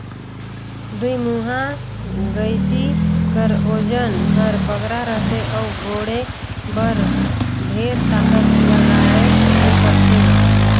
दुईमुहा गइती कर ओजन हर बगरा रहथे अउ कोड़े बर ढेर ताकत लगाए ले परथे